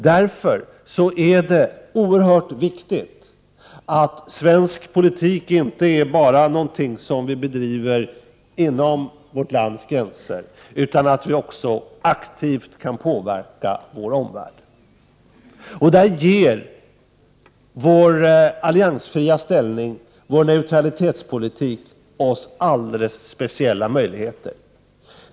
Därför är det oerhört viktigt att svensk politik inte bara är någonting som vi bedriver inom vårt lands gränser, utan att vi också aktivt kan påverka vår omvärld. Här ger vår alliansfria ställning, vår neutralitetspolitik, oss alldeles speciella möjligheter.